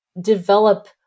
develop